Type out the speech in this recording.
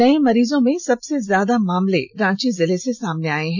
नए मरीजों में सबसे ज्यादा मामल रांची जिले से सामने आये हैं